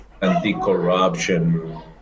anti-corruption